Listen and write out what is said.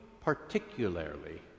particularly